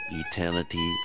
eternity